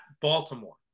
Baltimore